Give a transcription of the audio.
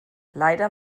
leider